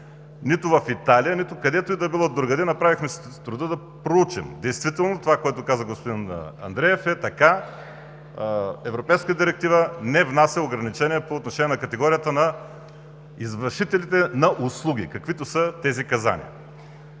нито в Италия, нито където и да било. Направихме си труда да проучим. Действително това, което каза господин Андреев, е така – Европейската директива не внася ограничение по отношение на категорията на извършителите на услуги, каквито са тези казани.